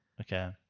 okay